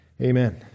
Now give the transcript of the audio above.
Amen